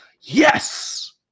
Yes